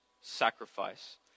sacrifice